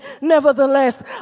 Nevertheless